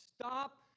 stop